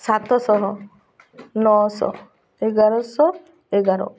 ସାତ ଶହ ନଅ ଶହ ଏଗାର ଶହ ଏଗାର